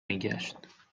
میگشت